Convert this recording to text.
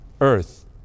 earth